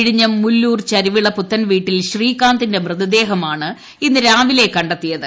വിഴിഞ്ഞം മുല്ലൂർ ചരുവിള പുത്തൻവീട്ടിൽ ശ്രീകാന്തിന്റെ ്മൃതദേഹമാണ് ഇന്ന് കണ്ടെത്തിയത്